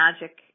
magic